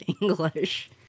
English